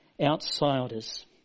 outsiders